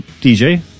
DJ